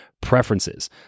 preferences